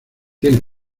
tiene